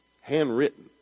handwritten